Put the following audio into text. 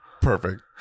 Perfect